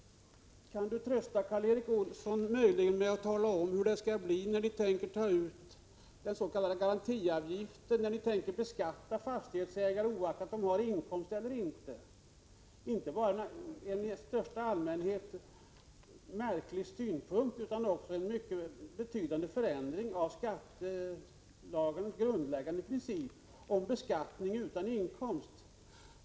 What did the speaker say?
Kan Åke Selberg trösta Karl Erik Olsson med att tala om hur det skall bli när ni tänker ta ut garantiavgifter, tänker beskatta fastighetsägare oavsett om de har inkomster eller inte? Det är inte bara i största allmänhet en märklig synpunkt, utan innebär också en mycket betydande förändring av den grundläggande principen i skattelagstiftningen, om man beskattar utan inkomst.